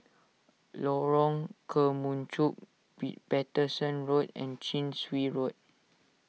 Lorong Kemunchup be Paterson Road and Chin Swee Road